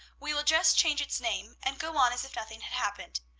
we will just change its name, and go on as if nothing had happened.